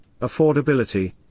affordability